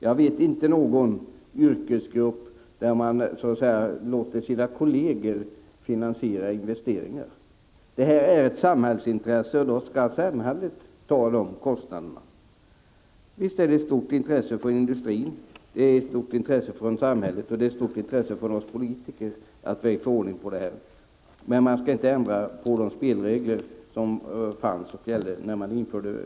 Jag känner inte till någon annan yrkesgrupp där man låter sina kolleger finansiera investeringar. Det här är ett samhällsintresse, och därför skall samhället bära kostnaderna. Det är alltså av stort intresse för industrin, för samhället och för oss politiker att få ordning på det här. Men man skall inte ändra på de spelregler som gällde från början.